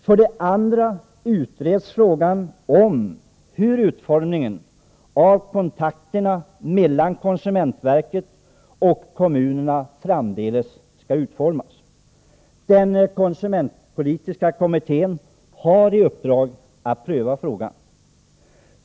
För det andra utreds frågan hur kontakterna mellan konsumentverket och kommunerna framdeles skall utformas. Den konsumentpolitiska kommittén har i uppdrag att pröva denna fråga.